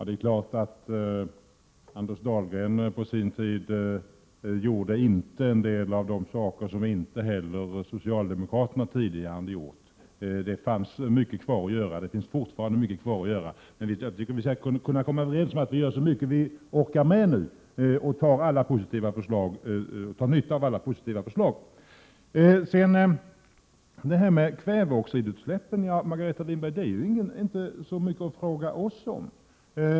Herr talman! Anders Dahlgren gjorde på sin tid inte en del av de saker som inte heller socialdemokraterna tidigare hade gjort. Det finns fortfarande kvar mycket att göra. Men låt oss komma överens om att göra så mycket vi orkar med nu och dra nytta av alla positiva förslag! Detta med kväveoxidutsläppen är ju inte så mycket att fråga oss om.